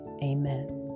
Amen